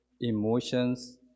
emotions